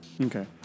Okay